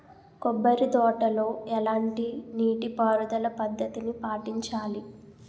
కొబ్బరి తోటలో ఎలాంటి నీటి పారుదల పద్ధతిని పాటించాలి?